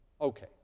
Okay